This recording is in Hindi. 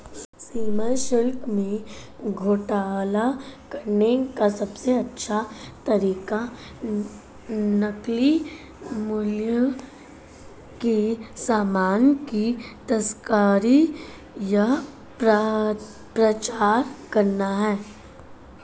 सीमा शुल्क में घोटाला करने का सबसे अच्छा तरीका नकली मूल्य के सामान की तस्करी या प्रचार करना है